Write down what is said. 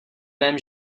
mém